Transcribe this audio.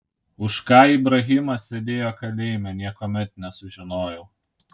už ką ibrahimas sėdėjo kalėjime niekuomet nesužinojau